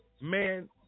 man